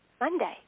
Monday